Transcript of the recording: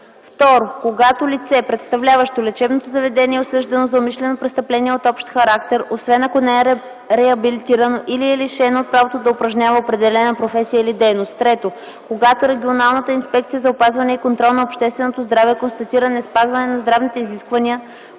„2. когато лице, представляващо лечебното заведение, е осъждано за умишлено престъпление от общ характер, освен ако не е реабилитирано, или е лишено от правото да упражнява определена професия или дейност; 3. когато регионалната инспекция за опазване и контрол на общественото здраве констатира неспазване на здравните изисквания,